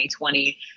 2020